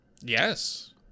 Yes